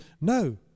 No